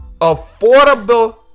affordable